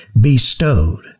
bestowed